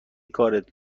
کارت